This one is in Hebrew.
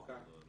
כאן.